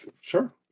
sure